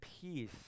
peace